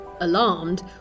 Alarmed